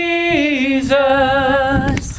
Jesus